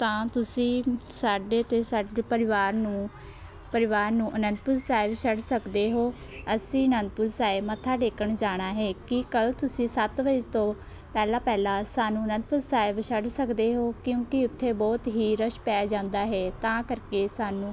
ਤਾਂ ਤੁਸੀਂ ਸਾਡੇ ਅਤੇ ਸਾਡੇ ਪਰਿਵਾਰ ਨੂੰ ਪਰਿਵਾਰ ਨੂੰ ਅਨੰਦਪੁਰ ਸਾਹਿਬ ਛੱਡ ਸਕਦੇ ਹੋ ਅਸੀਂ ਅਨੰਦਪੁਰ ਸਾਹਿਬ ਮੱਥਾ ਟੇਕਣ ਜਾਣਾ ਹੈ ਕੀ ਕੱਲ੍ਹ ਤੁਸੀਂ ਸੱਤ ਵਜੇ ਤੋਂ ਪਹਿਲਾਂ ਪਹਿਲਾਂ ਸਾਨੂੰ ਅਨੰਦਪੁਰ ਸਾਹਿਬ ਛੱਡ ਸਕਦੇ ਹੋ ਕਿਉਂਕਿ ਉੱਥੇ ਬਹੁਤ ਹੀ ਰੱਸ਼ ਪੈ ਜਾਂਦਾ ਹੈ ਤਾਂ ਕਰਕੇ ਸਾਨੂੰ